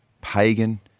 Pagan